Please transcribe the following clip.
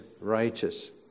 righteous